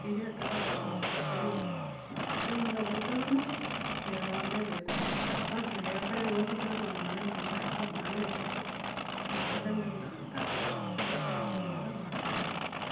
ಇದೇ ಥರ ಹಬ್ಬ ಹಬ್ಬಕ್ಕು ನಾವು ಪ್ರತಿ ಒಂದು ಹಬ್ಬದಲ್ಲು ನೆರವಾಗ್ಲೇಬೇಕು ಆ ಹಬ್ಬ ನಾವು ಯಾವ ಕಡೆ ಹೋಗಿದ್ರು ಆ ಮನೆಗೆ ಬಂದು ಆ ಹಬ್ಬ ಮಾಡಲೇಬೇಕು ನಾವು ಬಿಡಂಗಿಲ್ಲ ಅಂತ ನಾವು ಈ ಥರ ಹಬ್ಬಗ್ಳೆಲ್ಲ ಮಾಡ್ತಾನೆ ಇರ್ತೀವಿ